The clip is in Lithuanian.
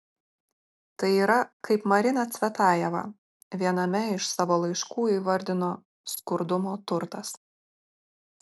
tai yra kaip marina cvetajeva viename iš savo laiškų įvardino skurdumo turtas